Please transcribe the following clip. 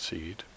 Seed